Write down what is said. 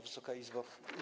Wysoka Izbo!